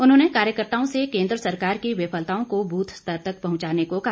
उन्होंने कार्यकर्ताओं से केंद्र सरकार की विफलताओं को बूथ स्तर तक पहुंचाने को कहा